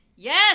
Yes